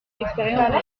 l’expérience